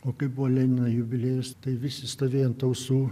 o kai buvo lenino jubiliejus tai visi stovėjo ant ausų